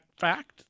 fact